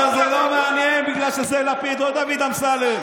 אבל זה לא מעניין בגלל שזה לפיד, לא דוד אמסלם.